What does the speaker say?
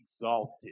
exalted